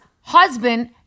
husband